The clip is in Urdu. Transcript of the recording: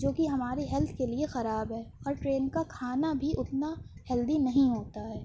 جوکہ ہماری ہیلتھ کے لیے خراب ہے اور ٹرین کا کھانا بھی اتنا ہیلدی نہیں ہوتا ہے